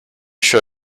show